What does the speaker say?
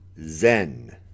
zen